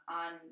on